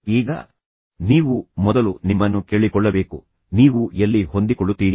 ಈಗ ನೀವು ಮೊದಲು ನಿಮ್ಮನ್ನು ಕೇಳಿಕೊಳ್ಳಬೇಕು ನೀವು ಎಲ್ಲಿ ಹೊಂದಿಕೊಳ್ಳುತ್ತೀರಿ